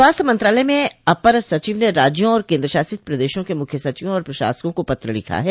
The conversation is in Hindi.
स्वास्थ्य मंत्रालय में अपर सचिव ने राज्यों और केन्द्रशासित प्रदेशों के मुख्य सचिवों और प्रशासकों को पत्र लिखा है